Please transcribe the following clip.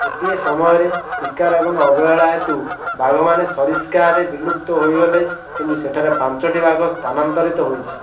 ଗୋଟିଏ ସମୟରେ ଶିକାର ଏବଂ ଅବହେଳା ହେତୁ ବାଘମାନେ ସରିସ୍କାରେ ବିଲୁପ୍ତ ହୋଇଗଲେ କିନ୍ତୁ ସେଠାରେ ପାଞ୍ଚୋଟି ବାଘ ସ୍ଥାନାନ୍ତରିତ ହୋଇଛି